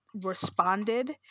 responded